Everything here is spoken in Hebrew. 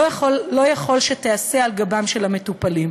לא יכול להות שתיעשנה על גבם של המטופלים.